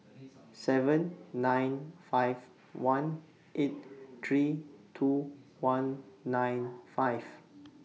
seven nine five one eight three two one nine five